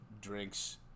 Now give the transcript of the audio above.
drinks